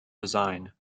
design